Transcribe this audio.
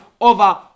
over